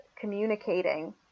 Communicating